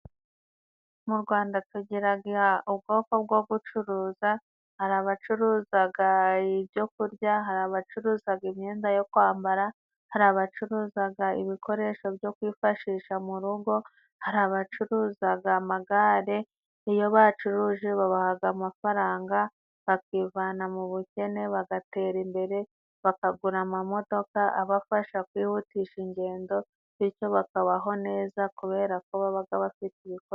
Mu Rwanda tugiraga ubwoko bwo gucuruza, hari abacuruzaga ibyokurya hari abacuruzaga imyenda yo kwambara, hari abacuruzaga ibikoresho byo kwifashisha mu rugo hari abacuruzaga amagare. Iyo bacuruje babahaga amafaranga bakivana mu bukene bagatera imbere, bakagura amamodoka abafasha kwihutisha ingendo, bityo bakabaho neza kubera ko babaga bafite ibikorwa.